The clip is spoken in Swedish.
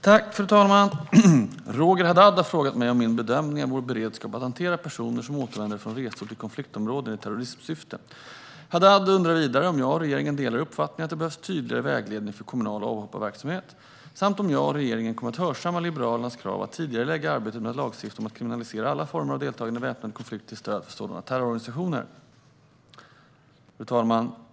Fru talman! Roger Haddad har frågat mig om min bedömning av vår beredskap att hantera personer som återvänder från resor till konfliktområden i terrorismsyfte. Haddad undrar vidare om jag och regeringen delar uppfattningen att det behövs tydligare vägledning för kommunal avhopparverksamhet samt om jag och regeringen kommer att hörsamma Liberalernas krav att tidigarelägga arbetet med att lagstifta om att kriminalisera alla former av deltagande i en väpnad konflikt till stöd för sådana terrororganisationer. Fru talman!